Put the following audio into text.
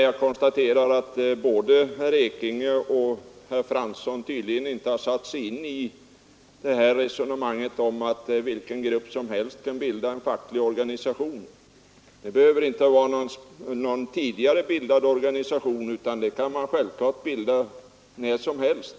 Jag konstaterar däremot att både herr Ekinge och herr Fransson tydligen inte har satt sig in i vad det betyder att vilken grupp som helst kan bilda en facklig organisation, det behöver inte vara någon tidigare existerande organisation, utan man kan bilda en sådan organisation när som helst.